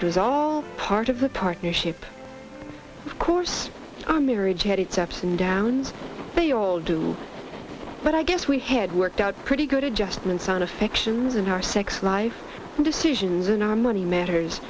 it was all part of the partnership of course our marriage had its ups and downs they all do but i guess we had worked out pretty good adjustments on affections and our sex life decisions in our money matters